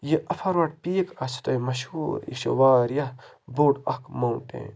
یہِ اَفَروَٹ پیٖک آسو تۄہہِ مَشہوٗر یہِ چھِ واریاہ بوٚڑ اَکھ ماوٹین